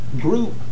group